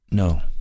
No